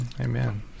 Amen